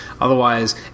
otherwise